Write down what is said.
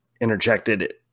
interjected